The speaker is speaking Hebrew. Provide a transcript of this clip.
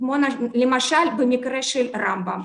כמו למשל במקרה של רמב"ם.